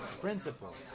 Principle